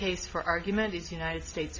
case for argument is united states